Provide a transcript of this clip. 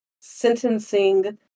sentencing